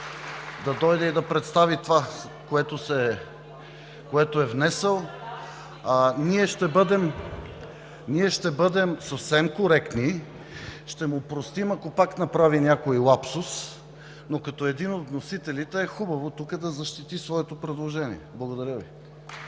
да дойде и да представи това, което е внесъл. Ние ще бъдем съвсем коректни, ще му простим, ако пак направи някой лапсус, но като един от вносителите е хубаво тук да защити своето предложение. Благодаря Ви.